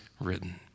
written